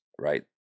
right